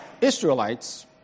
Israelites